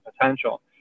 potential